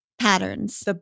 patterns